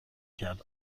کرد